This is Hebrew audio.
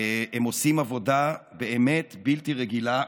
הם עושים עבודה באמת בלתי רגילה,